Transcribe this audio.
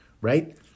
right